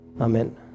Amen